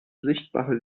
sichtbare